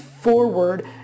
forward